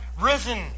risen